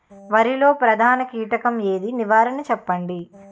వరిలో ప్రధాన కీటకం ఏది? నివారణ చెప్పండి?